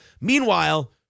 Meanwhile